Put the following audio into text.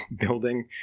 building